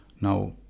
now